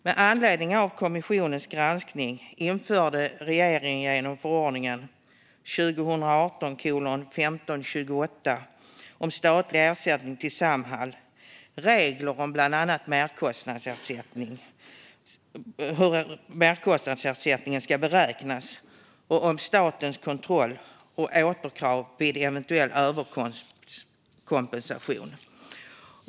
Med anledning av kommissionens granskning införde regeringen genom förordningen om statlig ersättning till Samhall regler om hur bland annat merkostnadsersättningen ska beräknas och om statens kontroll och återkrav vid eventuell överkompensation.